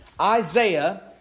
Isaiah